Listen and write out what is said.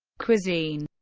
cuisine